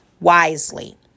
wisely